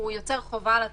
הוא יוצר חובה על התאגיד.